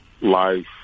Life